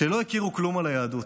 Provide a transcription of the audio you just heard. שלא הכירו כלום על היהדות.